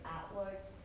outwards